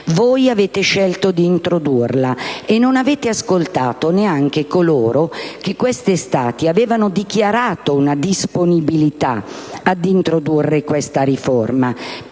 Voi avete scelto di introdurla e non avete nemmeno ascoltato coloro che questa estate avevano dichiarato una disponibilità ad introdurre questa riforma;